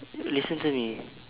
listen to me